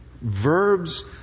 Verbs